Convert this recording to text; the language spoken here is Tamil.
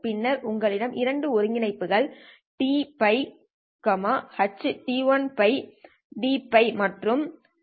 பின்னர் உங்களிடம் இரண்டு ஒருங்கிணைப்புகள் tτ ht1 τdτ மற்றும் Pτ' ht2 τ'dτ' உள்ளன